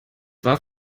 war